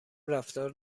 رفتار